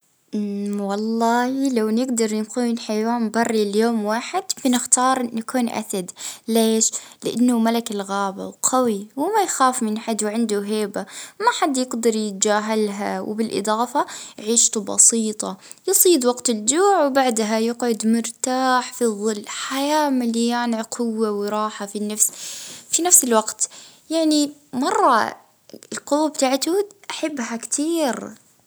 اه نحب نكون أسد اه على خاطر أنه هو ملك الغابة، اه وعنده القوة معناها والشموخ وكل الحيوانات في الغابة تحترمه.